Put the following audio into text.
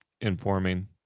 informing